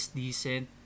decent